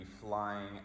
flying